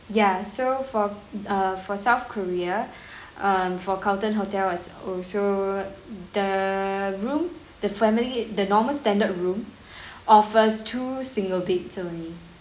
ya so for err for south korea um for carlton hotel as also the room the family the normal standard room offers two single beds only